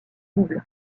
double